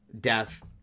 death